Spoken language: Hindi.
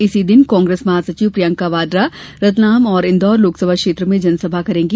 इसी दिन कांग्रेस महासचिव प्रियंका वाड्रा रतलाम और इन्दौर लोकसभा क्षेत्र में जनसभा करेंगी